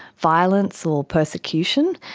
violence or persecution,